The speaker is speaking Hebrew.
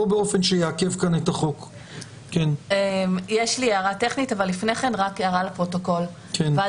החוק קובע את הסטנדרט הבסיסי שזאת בדיקה לגילוי